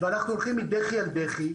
ואנחנו הולכים מדחי אל דחי.